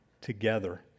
together